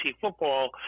football